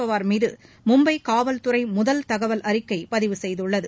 பவார் மீது மும்பை காவல்துறை முதல் தகவல் அறிக்கை பதிவு செய்துள்ளது